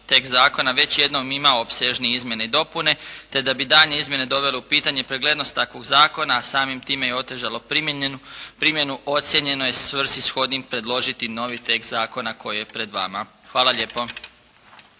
tekst zakona već jednom imao opsežnije izmjene i dopune te da bi daljnje izmjene dovele u pitanje preglednost takvog zakona, a samim time i otežalo primjenu, ocjenjeno je svrsishodnim predložiti novi tekst zakona koji je pred vama. Hvala lijepo.